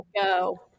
go